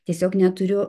tiesiog neturiu